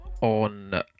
on